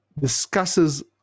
discusses